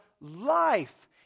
life